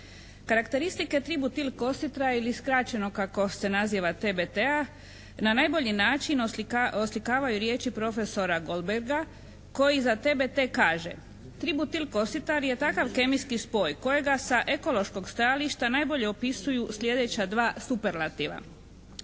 Karakteristike tributil kositra ili skraćeno kako se naziva TBT-a na najbilji način oslikavaju riječi profesora Goldberga koji za TBT kaže: "Tributil kositar je takav kemijski spoj kojega sa ekološkog stajališta najbolje opisuju sljedeća dva superlativa.